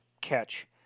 catch